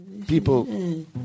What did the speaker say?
People